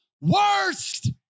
worst